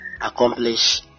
accomplish